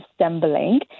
assembling